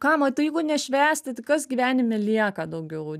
kam o tai jeigu nešvęsti tai kas gyvenime lieka daugiau